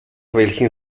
welchen